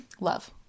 Love